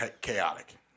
chaotic